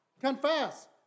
confess